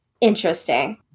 interesting